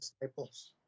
disciples